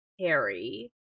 Harry